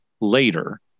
later